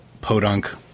podunk